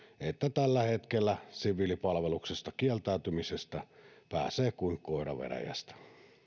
että tällä hetkellä siviilipalveluksesta kieltäytymisestä pääsee kuin koira veräjästä